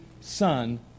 son